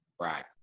Right